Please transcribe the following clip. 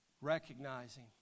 recognizing